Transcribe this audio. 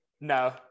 No